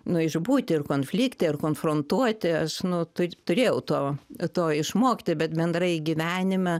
nu išbūti ir konflikte ir konfrontuoti aš nu tai turėjau to to išmokti bet bendrai gyvenime